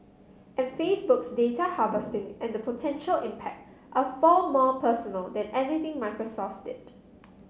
and Facebook's data harvesting and potential impact are far more personal than anything Microsoft did